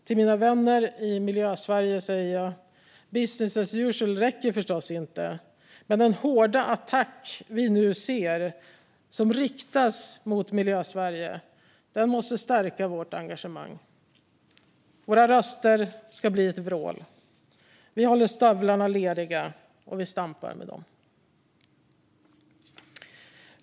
Till mina vänner i Miljösverige säger jag att business as usual räcker förstås inte, men den hårda attack vi nu ser som riktas mot Miljösverige måste stärka vårt engagemang. Våra röster ska bli ett vrål. Vi håller stövlarna leriga, och vi stampar med dem.